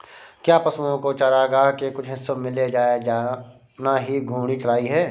क्या पशुओं को चारागाह के कुछ हिस्सों में ले जाया जाना ही घूर्णी चराई है?